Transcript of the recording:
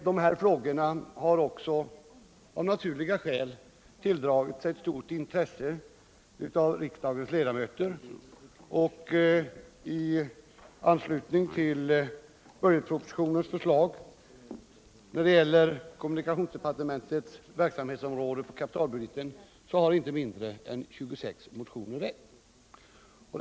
De här frågorna har av naturliga skäl tilldragit sig ett stort intresse bland riksdagens ledamöter, och i anslutning till förslaget i budgetpropositionen när det gäller kapitalbudgeten inom kommunikationsdepartementets verksamhetsområde har inte mindre än 26 motioner väckts.